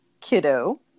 kiddo